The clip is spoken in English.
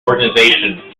organisation